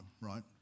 right